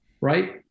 right